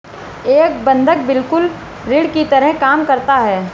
एक बंधक बिल्कुल ऋण की तरह काम करता है